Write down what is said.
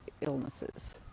illnesses